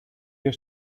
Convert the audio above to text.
your